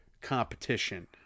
competition